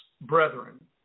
brethren